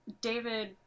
David